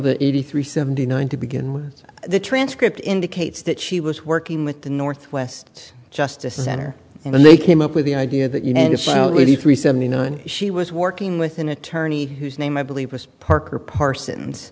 the eighty three seventy nine to begin with the transcript indicates that she was working with the northwest justice center and they came up with the idea that you know it's really three seventy nine she was working with an attorney whose name i believe was parker parsons